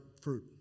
fruit